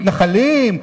מתנחלים,